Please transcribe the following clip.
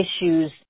issues